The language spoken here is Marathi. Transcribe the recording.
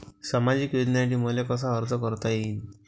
सामाजिक योजनेसाठी मले कसा अर्ज करता येईन?